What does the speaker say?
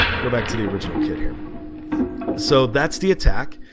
go, back to the original kid here so that's the attack,